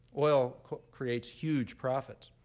oil creates huge profits.